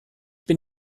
bin